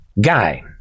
guy